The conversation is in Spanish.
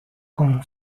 con